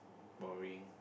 boring